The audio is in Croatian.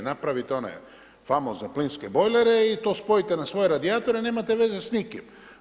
Napravite onaj famozan plinski bojler i to spojite na svoje radijatore, nemate veze s nikim.